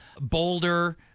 boulder